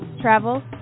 travel